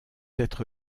être